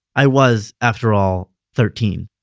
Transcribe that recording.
i was, after all, thirteen